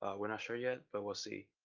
ah we're not sure yet, but we'll see.